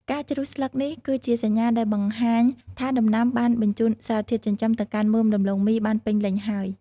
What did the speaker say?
ការជ្រុះស្លឹកនេះគឺជាសញ្ញាដែលបង្ហាញថាដំណាំបានបញ្ជូនសារធាតុចិញ្ចឹមទៅកាន់មើមដំឡូងមីបានពេញលេញហើយ។